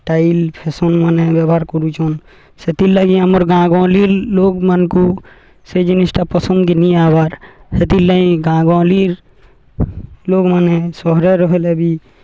style ଫେସନ୍ମାନେ ବ୍ୟବହାର କରୁଛନ୍ ସେଥିର୍ଲାଗି ଆମର୍ ଗାଁ ଗହଲି ଲୋଗ୍ମାନଙ୍କୁ ସେ ଜିନିଷ୍ଟା ପସନ୍ଦକ ନି ଆବାର୍ ସେଥିର୍ଲାଗିଁ ଗାଁ ଗହଲିର ଲୋଗ୍ମାନେ ସହରରେ ହେଲେ ବି